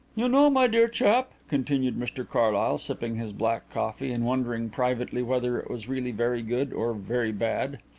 you know, my dear chap, continued mr carlyle, sipping his black coffee and wondering privately whether it was really very good or very bad,